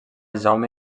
jaume